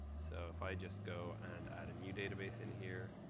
so if i just go and add a new database in here,